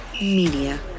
Media